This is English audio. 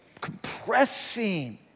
compressing